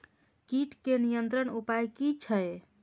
कीटके नियंत्रण उपाय कि छै?